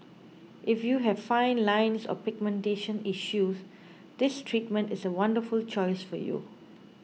if you have fine lines or pigmentation issues this treatment is a wonderful choice for you